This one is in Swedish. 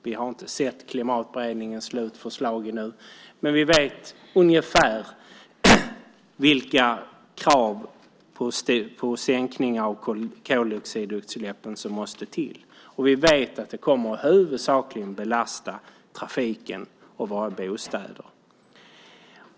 Vi har inte sett Klimatberedningens slutförslag ännu, men vi vet ungefär vilka krav på sänkningar av koldioxidutsläppen som måste till, och vi vet att det huvudsakligen kommer att belasta trafiken och våra bostäder.